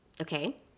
Okay